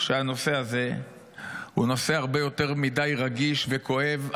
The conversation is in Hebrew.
שהנושא הזה הוא נושא הרבה יותר מדי רגיש וכואב.